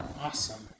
Awesome